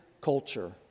culture